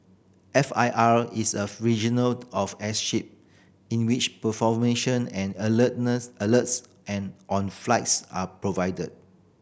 F I R is of regional of airship in which and alert alerts and on flights are provided